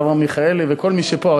גם אברהם מיכאלי וכל מי שפה,